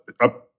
up